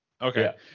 Okay